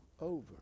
over